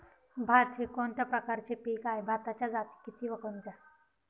भात हे कोणत्या प्रकारचे पीक आहे? भाताच्या जाती किती व कोणत्या?